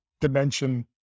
dimension